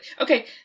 okay